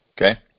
okay